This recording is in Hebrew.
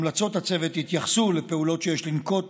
המלצות הצוות התייחסו לפעולות שיש לנקוט